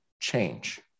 change